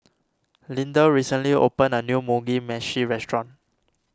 Lindell recently opened a new Mugi Meshi restaurant